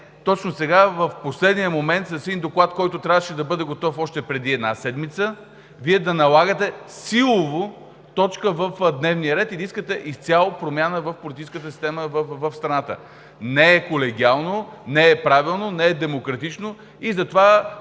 точно сега, в последния момент, с един доклад, който трябваше да бъде готов още преди една седмица, Вие да налагате силово точка в дневния ред и да искате изцяло промяна на политическата система в страната. Не е колегиално, не е правилно, не е демократично и затова